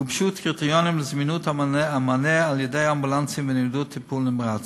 גובשו קריטריונים לזמינות המענה על-ידי אמבולנסים וניידות טיפול נמרץ.